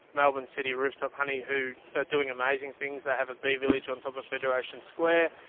melbourne city rooftop honey, who are doing amazing things. they have a bee village on top of federation square.